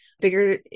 bigger